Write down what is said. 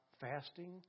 fasting